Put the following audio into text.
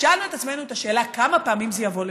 את השאלה כמה פעמים זה יבוא למבחן.